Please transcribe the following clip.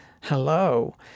Hello